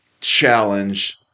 challenge